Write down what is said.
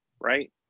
right